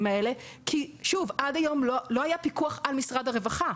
האלה כי עד היום לא היה פיקוח על משרד הרווחה.